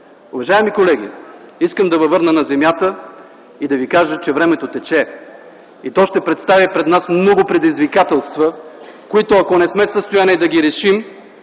Уважаеми колеги, искам да ви върна на земята и да ви кажа, че времето тече! То ще представи пред нас много предизвикателства, които ако не сме в състояние да ги решим